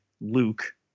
Luke